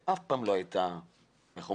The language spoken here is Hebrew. במשטרה אף פעם לא היה מי יודע מה